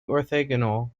orthogonal